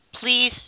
please